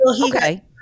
Okay